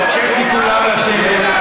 אני מבקש מכולם לשבת.